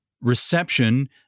reception